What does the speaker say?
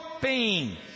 pain